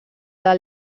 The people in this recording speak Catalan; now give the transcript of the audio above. del